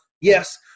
yes